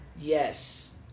Yes